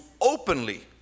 openly